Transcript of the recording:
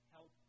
Help